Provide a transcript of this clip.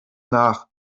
nach